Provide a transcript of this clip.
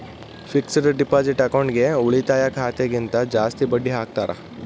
fixed deposit ಅಕೌಂಟ್ಗೆ ಉಳಿತಾಯ ಖಾತೆ ಗಿಂತ ಜಾಸ್ತಿ ಬಡ್ಡಿ ಹಾಕ್ತಾರ